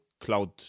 cloud